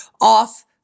off